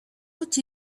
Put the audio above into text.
what